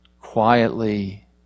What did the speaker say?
quietly